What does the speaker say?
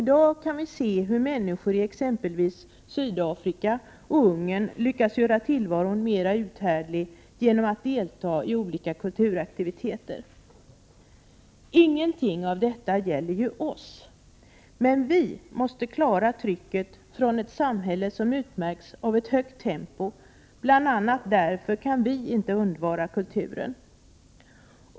I dag kan vi se hur människor i exempelvis Sydafrika och Ungern lyckas göra tillvaron mera uthärdlig genom att delta i olika kulturaktiviteter. Ingenting av detta gäller oss, men vi måste stå emot trycket från ett samhälle som utmärks av ett högt tempo. Det är bl.a. därför som vi inte kan undvara kulturen.